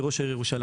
כראש העיר ירושלים,